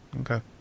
okay